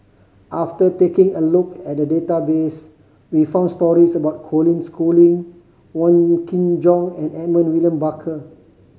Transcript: after taking a look at the database we found stories about Colin Schooling Wong Kin Jong and Edmund William Barker